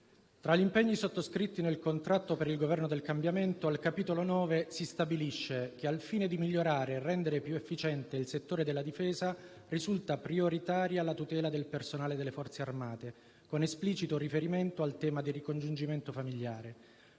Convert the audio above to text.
tra gli impegni sottoscritti nel «contratto per il Governo del cambiamento», al capitolo 9 si stabilisce per la Difesa che: «Al fine di migliorare e rendere più efficiente il settore risulta prioritaria la tutela del personale delle Forze Armate», con esplicito riferimento al tema del «ricongiungimento familiare».